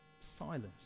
Silence